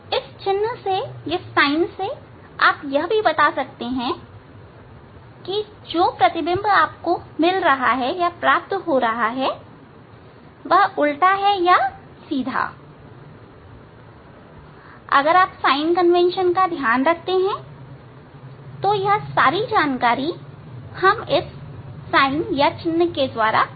इस चिन्ह से आप यह भी बता सकते हैं कि जो प्रतिबिंब आपको प्राप्त हो रहा है क्या यह उलटा है या सीधा अगर आप साइन कन्वेंशन का ध्यान रखते हैं तो वह सब जानकारी हम इस चिह्न के द्वारा बता सकते हैं